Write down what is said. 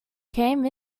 came